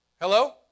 Hello